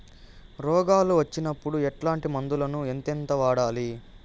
రోగాలు వచ్చినప్పుడు ఎట్లాంటి మందులను ఎంతెంత వాడాలి?